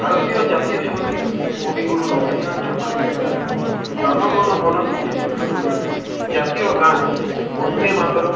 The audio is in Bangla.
ভারতীয় জাতীয় সঙ্গীত কবিগুরু রবীন্দ্রনাথ ঠাকুরের লেখা জনগণমন থেকে শুরু করে জাতীয় গান বন্দে মাতরম